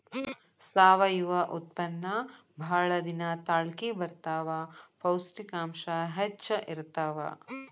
ಸಾವಯುವ ಉತ್ಪನ್ನಾ ಬಾಳ ದಿನಾ ತಾಳಕಿ ಬರತಾವ, ಪೌಷ್ಟಿಕಾಂಶ ಹೆಚ್ಚ ಇರತಾವ